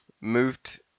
Moved